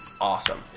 awesome